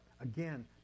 again